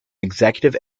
executive